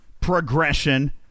Progression